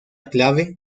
clave